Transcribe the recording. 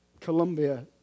Colombia